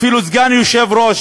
אפילו סגן יושב-ראש,